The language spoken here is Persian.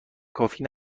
کافی